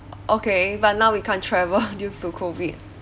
okay but now we can't travel due to COVID